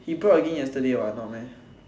he brought again yesterday what no meh